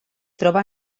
troba